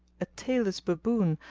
a tail-less baboon,